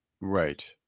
right